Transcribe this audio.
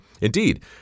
Indeed